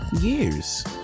years